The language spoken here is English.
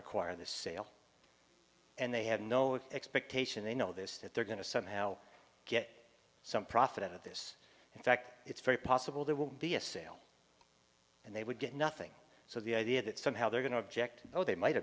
require the sale and they had no expectation they know this that they're going to somehow get some profit out of this in fact it's very possible there will be a sale and they would get nothing so the idea that somehow they're going to object though they might